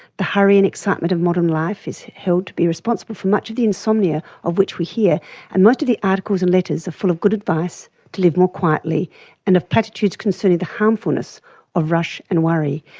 the hurry and excitement of modern life is held to be responsible for much of the insomnia of which we hear and most of the articles and letters are full of good advice to live more quietly and of platitudes concerning the harmfulness of rush and worry.